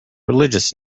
religious